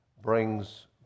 brings